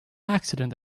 accident